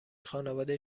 خانواده